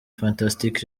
fantastic